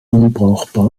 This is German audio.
unbrauchbar